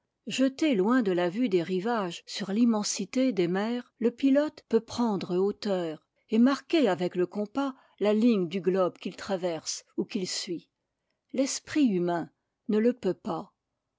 jeté loin de la vue des rivages sur l'immensité des mers le pilote peut prendre hauteur et marquer avec le compas la ligne du globe qu'il traverse ou qu'il suit l'esprit humain ne le peut pas